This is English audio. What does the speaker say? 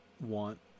want